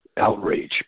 outrage